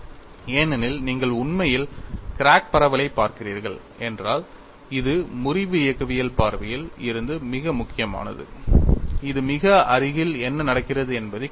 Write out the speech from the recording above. ஏனெனில் நீங்கள் உண்மையில் கிராக் பரவலைப் பார்க்கிறீர்கள் என்றால் இது முறிவு இயக்கவியல் பார்வையில் இருந்து மிக முக்கியமானது இது மிக அருகில் என்ன நடக்கிறது என்பதைக் குறிக்கிறது